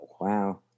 wow